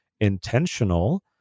intentional